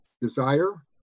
desire